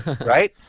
Right